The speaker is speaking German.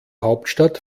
hauptstadt